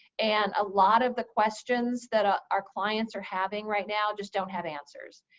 and a lot of the questions that ah our clients are having right now just don't have answers.